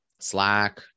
Slack